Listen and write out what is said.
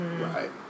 Right